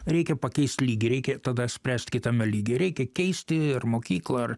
reikia pakeist lygį reikia tada spręst kitame lygy reikia keisti ar mokyklą ar